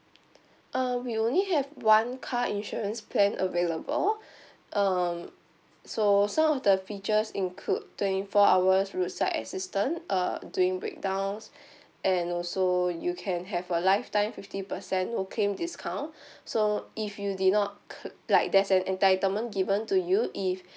uh we only have one car insurance plan available um so some of the features include twenty four hours roadside assistant uh during breakdowns and also you can have a lifetime fifty percent no claim discount so if you did not cu~ like there's an entitlement given to you if